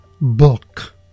book